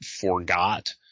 forgot